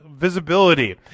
visibility